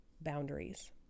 boundaries